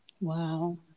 wow